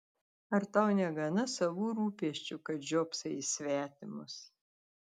ar tau negana savų rūpesčių kad žiopsai į svetimus